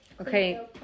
Okay